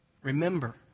Remember